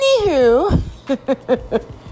Anywho